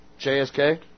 JSK